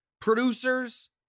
producers